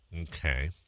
Okay